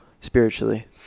spiritually